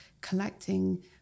collecting